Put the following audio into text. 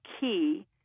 key